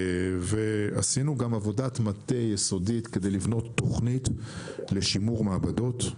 עשינו גם עבודת מטה יסודית כדי לבנות תוכנית לשימור מעבדות.